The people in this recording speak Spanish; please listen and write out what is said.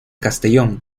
castellón